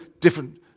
different